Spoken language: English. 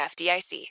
FDIC